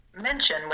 mention